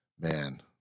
man